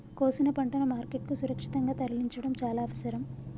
కోసిన పంటను మార్కెట్ కు సురక్షితంగా తరలించడం చాల అవసరం